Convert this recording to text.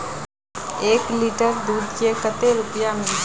एक लीटर दूध के कते रुपया मिलते?